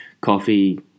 coffee